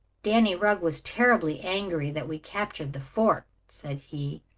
danny rugg was terribly angry that we captured the fort, said he.